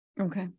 Okay